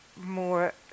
more